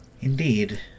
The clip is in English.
Indeed